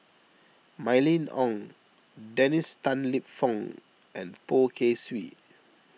Mylene Ong Dennis Tan Lip Fong and Poh Kay Swee